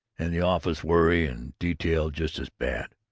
and the office worry and detail just as bad.